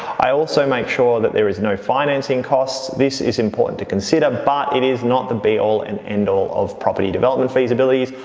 i also make sure that there is no financing costs. this is important to consider but it is not the be all and end all of property development feasibilities.